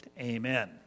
Amen